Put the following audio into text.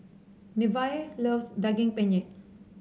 Nevaeh loves Daging Penyet